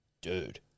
Dude